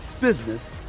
business